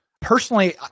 Personally